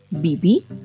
Bibi